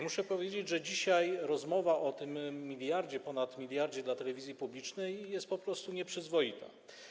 Muszę powiedzieć, że dzisiaj rozmowa o tym miliardzie, ponad miliardzie dla telewizji publicznej, jest po prostu nieprzyzwoita.